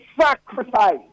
sacrifice